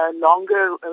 longer